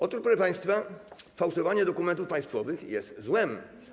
Otóż, proszę państwa, fałszowanie dokumentów państwowych jest złem.